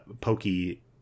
pokey